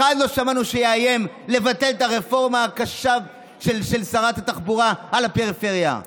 אחד לא שמענו שיאיים לבטל את הרפורמה הקשה של שרת התחבורה על הפריפריה,